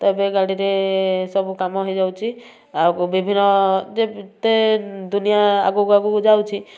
ତ ଏବେ ଗାଡ଼ିରେ ସବୁ କାମ ହେଇଯାଉଛି ଆଉ ବିଭିନ୍ନ ଦୁନିଆ ଆଗକୁ ଆଗକୁ ଯାଉଛି